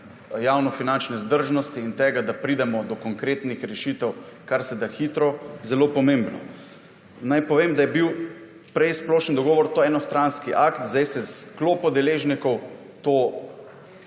javnofinančne vzdržnosti in tega, da pridemo do konkretnih rešitev kar se da hitro, zelo pomembno. Naj povem, da je bil prej splošen dogovor to enostranski akt, sedaj se sklop deležnikov to